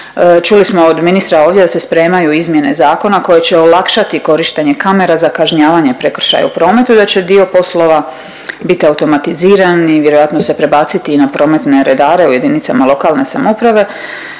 Čuli smo od ministra ovdje da se spremaju izmjene zakona koje će olakšati korištenje kamera za kažnjavanje prekršaja u prometu i da će dio poslova biti automatiziran i vjerojatno se prebaciti i na prometne redare u jedinicama lokalne samouprave